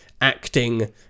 acting